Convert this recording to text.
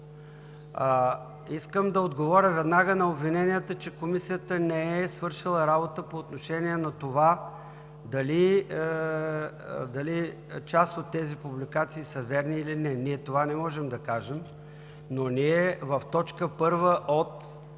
Искам да отговоря веднага на обвиненията, че Комисията не е свършила работа по отношение на това дали част от тези публикации са верни или не. Ние това не можем да кажем, но в т. 1 от